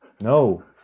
no